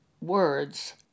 words